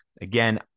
Again